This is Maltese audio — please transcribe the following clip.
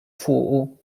fuqu